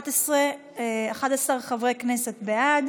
11 חברי כנסת בעד,